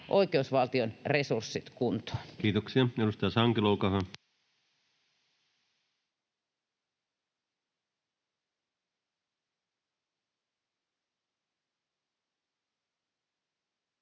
oikeusvaltion resurssit kuntoon. Kiitoksia. — Edustaja Sankelo,